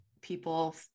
people